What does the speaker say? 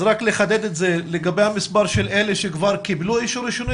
אז לחדד המספר של אלה שכבר קיבלו אישור ראשוני,